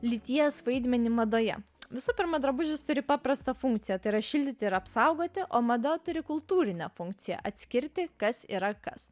lyties vaidmenį madoje visų pirma drabužis turi paprastą funkciją tai yra šildyti ir apsaugoti o mada turi kultūrinę funkciją atskirti kas yra kas